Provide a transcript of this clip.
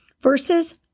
verses